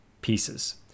pieces